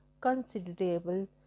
considerable